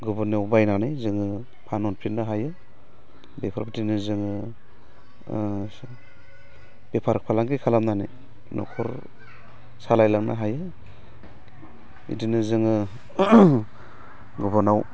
गुबुननियाव बायनानै जोङो फानहरफिननो हायो बेफोरबायदिनो जोङो बेफार फालांगि खालामनानै न'खर सालायलांनो हायो बिदिनो जोङो गुबुनाव